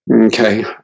Okay